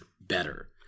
better